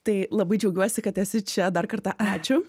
tai labai džiaugiuosi kad esi čia dar kartą ačiū